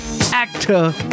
actor